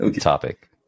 Topic